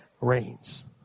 reigns